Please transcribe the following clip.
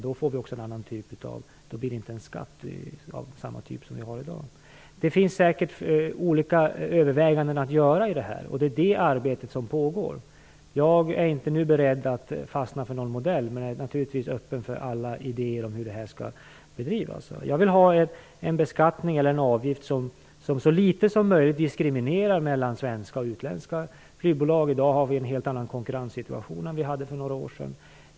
Då blir det inte samma typ av skatt som vi har i dag. Det finns säkert olika överväganden att göra. Det arbetet pågår. Jag är inte beredd att nu fastna för någon modell, men jag är naturligtvis öppen för alla idéer om hur det här skall bedrivas. Jag vill ha en beskattning eller en avgift som så litet som möjligt diskriminerar svenska flygbolag gentemot utländska. I dag har vi en helt annan konkurrenssituation än för några år sedan.